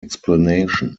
explanation